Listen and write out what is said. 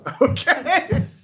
Okay